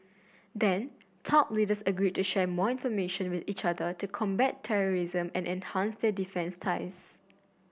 then top leaders agreed to share more information with each other to combat terrorism and enhance their defence ties